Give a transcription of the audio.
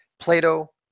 Plato